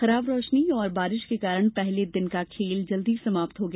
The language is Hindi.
खराब रोशनी और बारिश के कारण पहले दिन का खेल जल्दी समाप्त हो गया